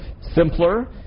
simpler